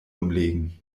umlegen